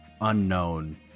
unknown